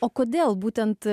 o kodėl būtent